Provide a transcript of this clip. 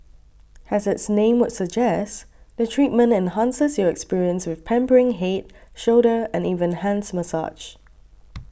as its name would suggest the treatment enhances your experience with pampering head shoulder and even hands massage